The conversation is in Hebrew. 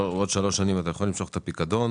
בעוד שלוש שנים תוכל למשוך את הפיקדון,